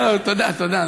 תודה, תודה.